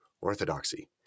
orthodoxy